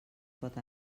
pot